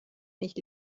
nicht